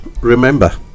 remember